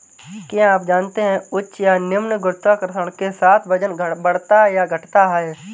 क्या आप जानते है उच्च या निम्न गुरुत्वाकर्षण के साथ वजन बढ़ता या घटता है?